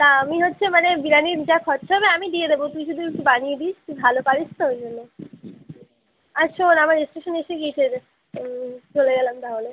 তা আমি হচ্ছে মানে বিরিয়ানির যা খরচা হবে আমি দিয়ে দেবো তুই শুধু একটু বানিয়ে দিস তুই ভালো পারিস তো ওই জন্যে আচ্ছা শোন আমার স্টেশন এসে গিয়েছে রে হুম চলে গেলাম তাহলে